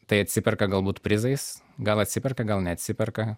tai atsiperka galbūt prizais gal atsiperka gal neatsiperka